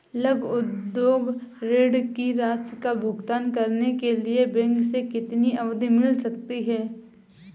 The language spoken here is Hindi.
लघु उद्योग ऋण की राशि का भुगतान करने के लिए बैंक से कितनी अवधि मिल सकती है?